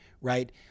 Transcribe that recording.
right